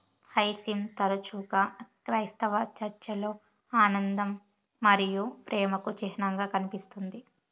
hyacinth తరచుగా క్రైస్తవ చర్చిలలో ఆనందం మరియు ప్రేమకు చిహ్నంగా కనిపిస్తుంది